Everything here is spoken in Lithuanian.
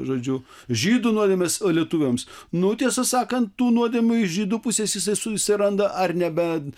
žodžiu žydų nuodėmes lietuviams nu tiesą sakant tų nuodėmių iš žydų pusės jisai susiranda ar ne bent